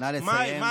נא לסיים.